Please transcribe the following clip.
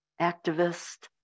activist